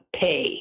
pay